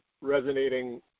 resonating